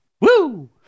Woo